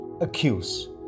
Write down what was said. accuse